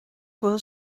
bhfuil